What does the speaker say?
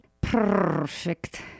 perfect